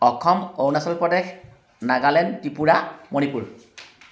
Assam Arunachal Pradesh Nagaland Tripura Manipur